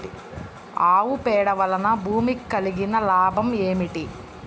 ఆవు పేడ వలన భూమికి కలిగిన లాభం ఏమిటి?